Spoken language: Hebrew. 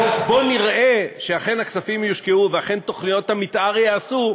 בואו נראה שאכן הכספים יושקעו ואכן תוכניות המתאר ייעשו,